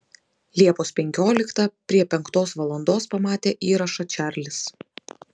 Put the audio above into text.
liepos penkioliktą prie penktos valandos pamatė įrašą čarlis